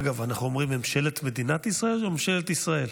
אגב, אומרים ממשלת מדינת ישראל או ממשלת ישראל?